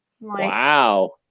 Wow